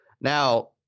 Now